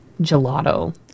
Gelato